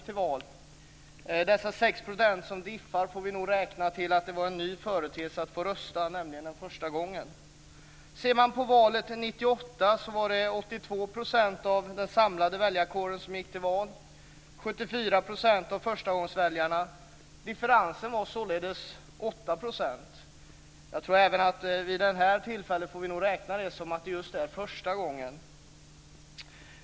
Differensen 6 % får nog anses bero på att det var en ny företeelse att få rösta, nämligen den första gången. I valet 1998 var det 82 % av den samlade väljarkåren som gick till val och 74 % av förstagångsväljarna. Differensen var således 8 %. Jag tror att det även vid det tillfället beror på att de röstade just första gången.